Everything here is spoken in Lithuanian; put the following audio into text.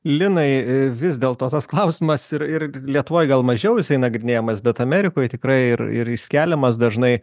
linai vis dėl to tas klausimas ir ir lietuvoj gal mažiau jisai nagrinėjamas bet amerikoj tikrai ir ir jis keliamas dažnai